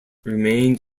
remained